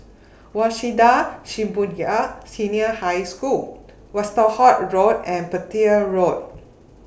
Waseda Shibuya Senior High School Westerhout Road and Petir Road